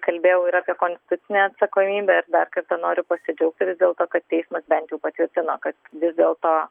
kalbėjau ir apie konstitucinę atsakomybę ir dar kartą noriu pasidžiaugti vis dėlto kad teismas bent jau patvirtino kad vis dėlto